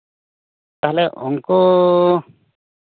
ᱛᱟᱦᱚᱞᱮ ᱩᱱᱠᱩ